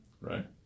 Right